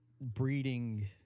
breeding